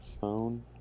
Phone